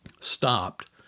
Stopped